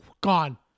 Gone